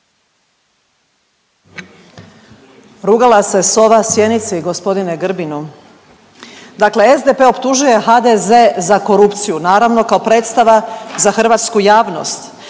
Rugala se sova sjenici g. Grbinu, dakle SDP optužuje HDZ za korupciju, naravno kao predstava za hrvatsku javnost